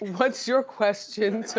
what's your question so